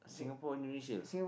Singapore Indonesia